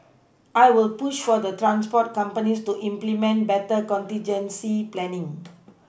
I will push for the transport companies to implement better contingency planning